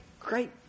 great